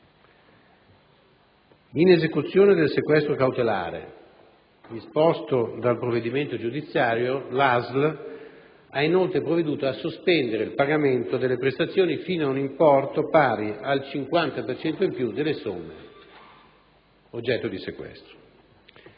In esecuzione del sequestro cautelare disposto dal provvedimento giudiziario, la ASL ha inoltre provveduto a sospendere il pagamento delle prestazioni fino ad un importo pari al 50 per cento in più dalle somme oggetto di sequestro.